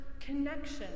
connection